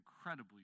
incredibly